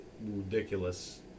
ridiculous